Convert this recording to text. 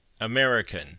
american